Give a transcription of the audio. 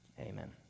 Amen